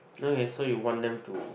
okay so you want them to